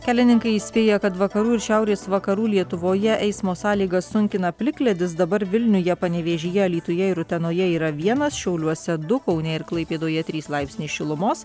kelininkai įspėja kad vakarų ir šiaurės vakarų lietuvoje eismo sąlygas sunkina plikledis dabar vilniuje panevėžyje alytuje ir utenoje yra vienas šiauliuose du kaune ir klaipėdoje trys laipsniai šilumos